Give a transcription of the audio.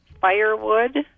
firewood